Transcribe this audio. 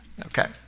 okay